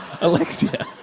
Alexia